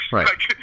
Right